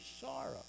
sorrow